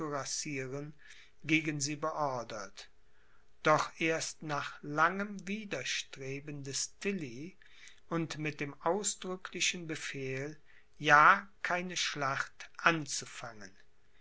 gegen sie beordert doch erst nach langem widerstreben des tilly und mit dem ausdrücklichen befehl ja keine schlacht anzufangen